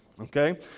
Okay